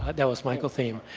but that was michael thieme.